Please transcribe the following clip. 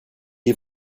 est